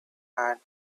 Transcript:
and